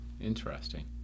Interesting